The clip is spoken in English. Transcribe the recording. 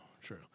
true